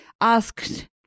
asked